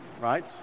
right